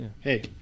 Hey